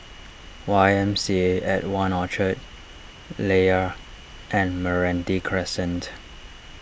Y M C A at one Orchard Layar and Meranti Crescent